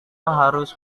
harus